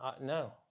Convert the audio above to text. no